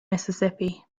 mississippi